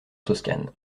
toscane